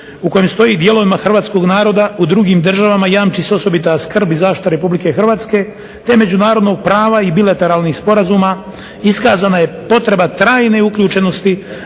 u kojem stoji dijelovima hrvatskog naroda u drugim državama jamči se osobita skrb i zaštita Republike Hrvatske, te međunarodnog prava i bilateralnih sporazuma iskazana je potreba trajne uključenosti